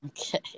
Okay